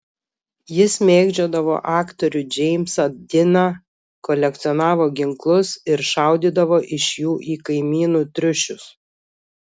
jis mėgdžiodavo aktorių džeimsą diną kolekcionavo ginklus ir šaudydavo iš jų į kaimynų triušius